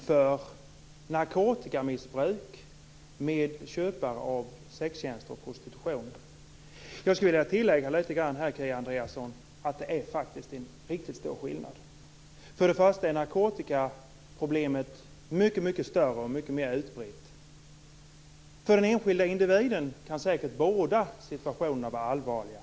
Fru talman! Kia Andreasson jämför narkotikamissbruk med köp av sextjänster och prostitution. Jag skulle vilja tillägga att det är en riktigt stor skillnad, Kia Andreasson. Narkotikaproblemet är mycket större och mycket mer utbrett. För den enskilda individen kan säkert båda situationerna vara allvarliga.